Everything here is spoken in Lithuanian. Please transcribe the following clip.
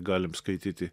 galim skaityti